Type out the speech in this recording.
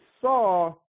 saw